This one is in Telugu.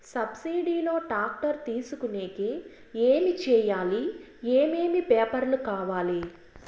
సబ్సిడి లో టాక్టర్ తీసుకొనేకి ఏమి చేయాలి? ఏమేమి పేపర్లు కావాలి?